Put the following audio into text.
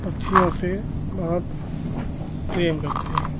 पक्षियों से बहुत प्रेम करते हैं